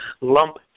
lump